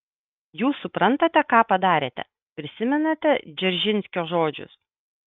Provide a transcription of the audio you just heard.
jūs suprantate ką padarėte prisimenate dzeržinskio žodžius